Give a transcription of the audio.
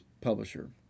publisher